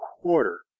quarter